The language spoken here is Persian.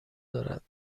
دارد